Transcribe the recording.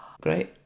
Great